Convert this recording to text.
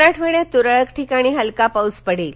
सराठवाडयात तूरळक ठिकाणी हलका पाऊस पडेल